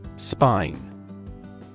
Spine